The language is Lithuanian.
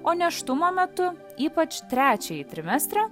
o nėštumo metu ypač trečiąjį trimestrą